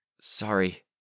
Sorry